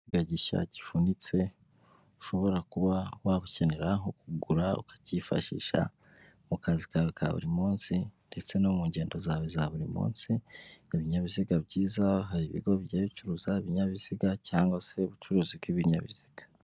Ikinyabiziga gishya gifunditse ushobora kuba wakenera nko kugura ukakifashisha mu kazi kawe ka buri munsi ndetse no mu ngendo zawe za buri munsi ibinyabiziga byiza hari ibigo bijya bicuruza ibinyabiziga cyangwa se ubucuruzi bw'ibinyabiziga.